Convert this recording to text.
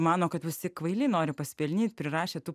mano kad visi kvaili nori pasipelnyt prirašė tų